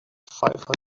five